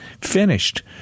finished